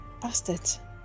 Bastard